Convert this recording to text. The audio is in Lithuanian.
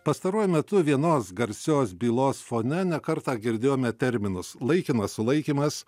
pastaruoju metu vienos garsios bylos fone ne kartą girdėjome terminus laikinas sulaikymas